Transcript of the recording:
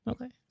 Okay